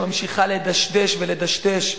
שממשיכה לדשדש ולדשדש,